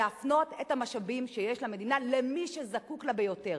להפנות את המשאבים שיש למדינה למי שזקוק להם ביותר.